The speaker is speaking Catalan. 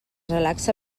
relaxa